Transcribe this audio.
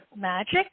magic